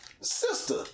sister